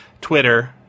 Twitter